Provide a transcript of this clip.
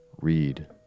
read